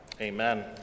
Amen